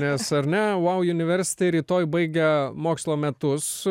nes ar ne vau universiti rytoj baigia mokslo metus